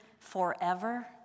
forever